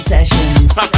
Sessions